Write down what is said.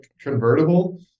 convertible